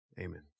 Amen